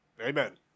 Amen